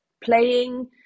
playing